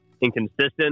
inconsistent